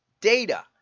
data